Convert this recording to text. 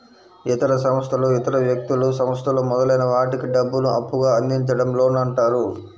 ఇతర సంస్థలు ఇతర వ్యక్తులు, సంస్థలు మొదలైన వాటికి డబ్బును అప్పుగా అందించడం లోన్ అంటారు